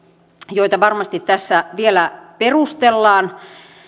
joita varmasti tässä vielä perustellaan